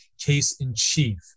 case-in-chief